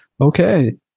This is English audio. Okay